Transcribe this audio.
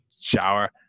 shower